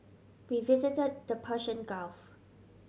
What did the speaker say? we visit the Persian Gulf